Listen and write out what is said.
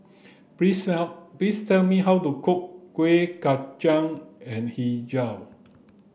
please please tell me how to cook kuih kacang and hijau